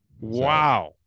Wow